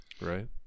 Right